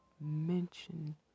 mention